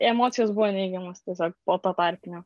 emocijos buvo neigiamos tiesiog po to tarpinio